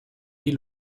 die